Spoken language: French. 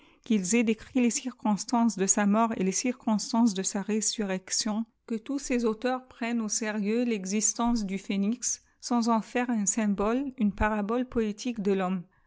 qu'ils aient décrit les circonstances de sa mort et les circonstances de sa résurrection que tous ces auteurs prennent au sérieux l'existence du phénix sans en faire un symbole une parabole poétique de l'homme